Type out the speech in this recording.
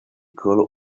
called